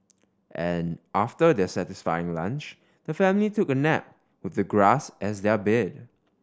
an after their satisfying lunch the family took a nap with the grass as their bed